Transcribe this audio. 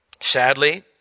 Sadly